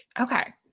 Okay